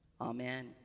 Amen